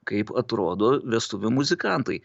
kaip atrodo vestuvių muzikantai